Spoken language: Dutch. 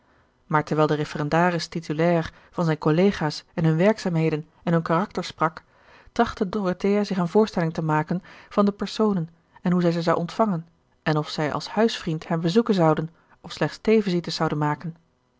maar terwijl de referendaris titulair van zijne collega's en hunne werkzaamheden en hun karakter sprak trachtte dorothea zich eene voorstelling te maken van de personen en hoe zij ze zou ontvangen en of zij als huisvriend hen bezoeken zouden of slechts theevisites zouden maken